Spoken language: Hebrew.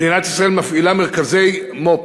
מדינת ישראל מפעילה מרכזי מו"פ,